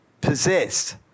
possessed